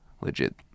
legit